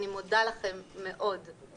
אני מודה לכם מאוד.